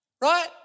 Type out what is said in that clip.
Right